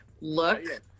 look